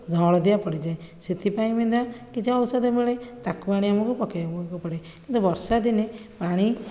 ହଳଦିଆ ପଡ଼ିଯାଏ ସେଥିପାଇଁ ମଧ୍ୟ କିଛି ଔଷଧ ମିଳେ ତାକୁ ଆଣି ପକାଇବାକୁ ପଡ଼େ କିନ୍ତୁ ବର୍ଷାଦିନେ ପାଣି